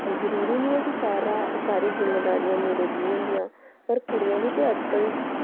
जरूरी निं ऐ कि सारी जिम्मेदारियां मुड़े दियां गै होंदियां पर कुड़ियां बी ते अजकल्ल